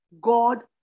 God